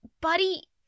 Buddy